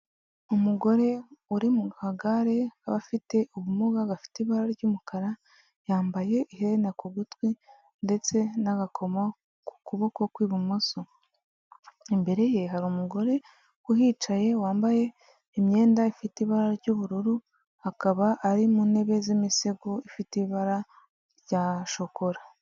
Umugore uri mu kagare k'abafite ubumuga, gafite ibara ry'umukara, yambaye iherena ku gutwi ndetse n'agakomo ku kuboko kw'ibumoso. Imbere ye hari umugore uhicaye, wambaye imyenda ifite ibara ry'ubururu, akaba ari mu ntebe z'imisego ifite ibara rya shokora.